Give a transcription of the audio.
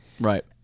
Right